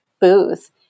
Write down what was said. booth